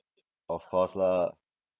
of course lah